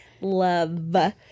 love